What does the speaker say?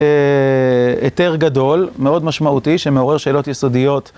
היתר גדול, מאוד משמעותי, שמעורר שאלות יסודיות.